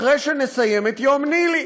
אחרי שנסיים את יום ניל"י.